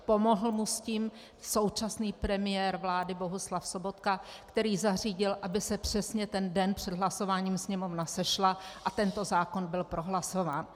Pomohl mu s tím současný premiér vlády Bohuslav Sobotka, který zařídil, aby se přesně ten den před hlasováním Sněmovna sešla a tento zákon byl prohlasován.